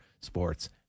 sports